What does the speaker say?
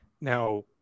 Now